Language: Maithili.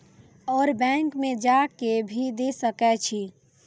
और बैंक में जा के भी दे सके छी?